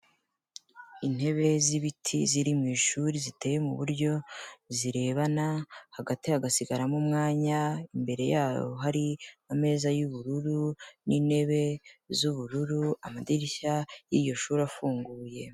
Intebe z'ibiti ziri mu ishuri ziteye mu buryo zirebana, hagati hagasigaramo umwanya, imbere yaho hari ameza y'ubururu n'intebe z'ubururu, amadirishya y'iryo shuri afunguye.